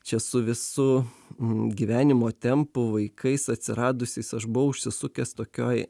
čia su visu gyvenimo tempu vaikais atsiradusiais aš buvau užsisukęs tokioj